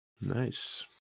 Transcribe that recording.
Nice